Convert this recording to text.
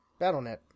BattleNet